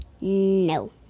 No